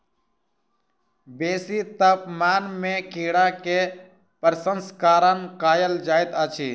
बेसी तापमान में कीड़ा के प्रसंस्करण कयल जाइत अछि